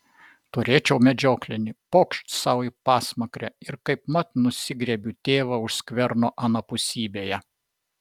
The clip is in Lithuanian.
turėčiau medžioklinį pokšt sau į pasmakrę ir kaipmat nusigriebiu tėvą už skverno anapusybėje